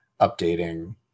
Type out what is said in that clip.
updating